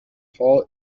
hall